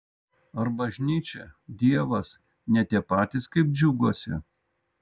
ar bažnyčia dievas ne tie patys kaip džiuguose